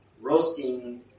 roasting